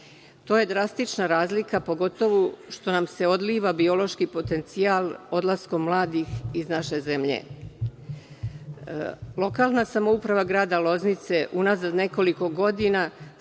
To je drastična razlika, pogotovo što nam se odliva biološki potencijal odlaskom mladih iz naše zemlje. Lokalna samouprava grada Loznice unazad nekoliko godina